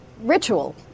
ritual